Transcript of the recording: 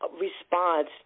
response